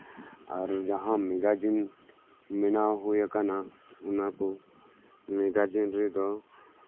ᱟᱨ ᱡᱟᱸᱦᱟ ᱢᱮᱜᱟᱡᱤᱱ ᱵᱮᱱᱟᱣ ᱦᱩᱭ ᱟᱠᱟᱱᱟ ᱚᱱᱟ ᱠᱚ ᱢᱮᱜᱟᱡᱤᱱ ᱨᱮᱫᱚ